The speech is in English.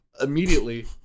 immediately